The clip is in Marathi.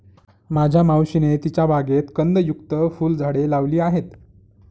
माझ्या मावशीने तिच्या बागेत कंदयुक्त फुलझाडे लावली आहेत